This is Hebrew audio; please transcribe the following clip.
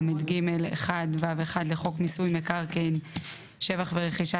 49לג1(ו1) לחוק מיסוי מקרקעין (שבח ורכישה),